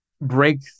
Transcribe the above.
break